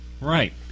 Right